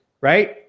Right